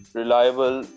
reliable